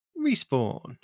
Respawn